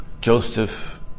Joseph